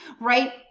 right